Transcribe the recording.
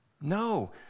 No